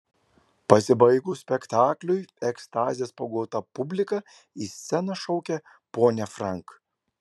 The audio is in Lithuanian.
pasibaigus spektakliui ekstazės pagauta publika į sceną šaukė ponią frank